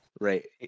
Right